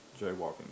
jaywalking